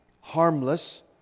harmless